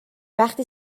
وقتی